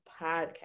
Podcast